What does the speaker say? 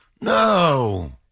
no